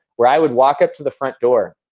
where i would walk up to the front door.